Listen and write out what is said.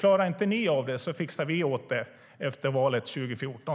Klarar inte ni av det fixar vi det åt er efter valet 2014.